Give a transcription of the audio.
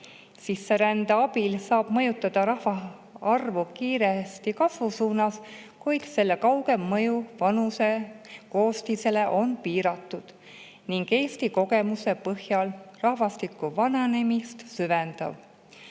Sisserände abil saab mõjutada rahvaarvu kiiresti kasvu suunas, kuid selle kaugem mõju vanuselisele koostisele on piiratud ning Eesti kogemuse põhjal rahvastiku vananemist süvendav,